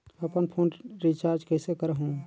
अपन phone recharge कइसे करहु?